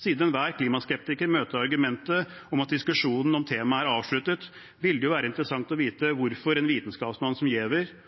Siden enhver klimaskeptiker møter argumentet om at diskusjonen om temaet er avsluttet, ville det jo være interessant å vite hvorfor en vitenskapsmann som